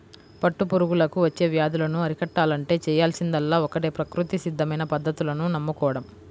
పట్టు పురుగులకు వచ్చే వ్యాధులను అరికట్టాలంటే చేయాల్సిందల్లా ఒక్కటే ప్రకృతి సిద్ధమైన పద్ధతులను నమ్ముకోడం